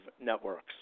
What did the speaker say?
networks